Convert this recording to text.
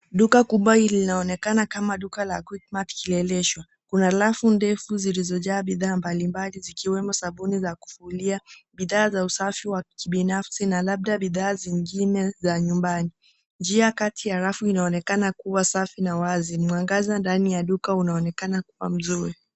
Duka kubwa linaonekana kama duka la Quickmart Kileleshwa. Kuna rafu ndefu zilizojaa bidhaa mbalimbali zikiwemo sabuni za kufulia, bidhaa za usafi wa kibinafsi, na labda bidhaa zingine za nyumbani. Njia kati ya rafu inaonekana kuwa safi na wazi. Mwangaza ndani ya duka unaonekana kuwa mzuri.